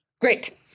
Great